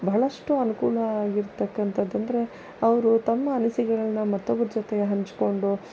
ಬಹಳಷ್ಟು ಅನುಕೂಲ ಆಗಿರ್ತಕ್ಕಂಥದ್ದಂದ್ರೆ ಅವರು ತಮ್ಮ ಅನಿಸಿಕೆಗಳನ್ನು ಮತ್ತೊಬ್ಬರ ಜೊತೆ ಹಂಚಿಕೊಂಡು